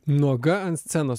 nuoga ant scenos